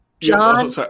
John